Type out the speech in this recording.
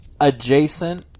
adjacent